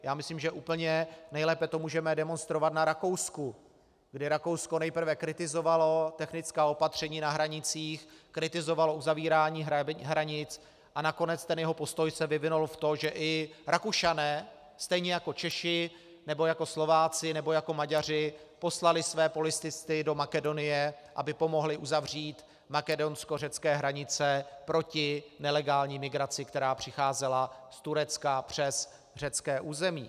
Já myslím, že úplně nejlépe to můžeme demonstrovat na Rakousku, kdy Rakousko nejprve kritizovalo technická opatření na hranicích, kritizovalo uzavírání hranic, a nakonec jeho postoj se vyvinul v to, že i Rakušané, stejně jako Češi nebo jako Slováci nebo jako Maďaři, poslali své policisty do Makedonie, aby pomohli uzavřít makedonskořecké hranice proti nelegální migraci, která přicházela z Turecka přes řecké území.